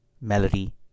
melody